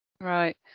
right